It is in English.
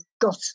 got